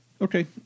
Okay